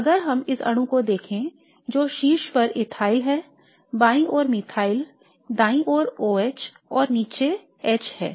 तो अगर हम इस अणु को देखें तो शीर्ष पर एथिल है बाईं ओर मिथाइल दाईं ओर OH और नीचे H है